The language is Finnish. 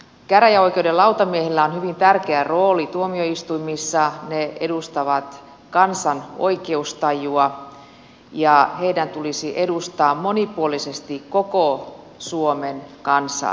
käräjäoikeuden lautamiehillä on hyvin tärkeä rooli tuomioistuimissa he edustavat kansan oikeustajua ja heidän tulisi edustaa monipuolisesti koko suomen kansaa